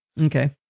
Okay